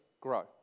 grow